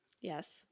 yes